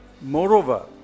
moreover